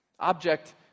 Object